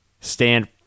stand